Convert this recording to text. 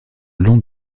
long